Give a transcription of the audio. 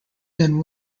than